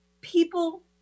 people